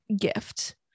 gift